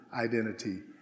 identity